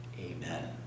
Amen